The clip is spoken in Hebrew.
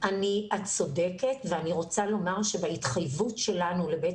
את צודקת ואני רוצה לומר שבהתחייבות שלנו לבית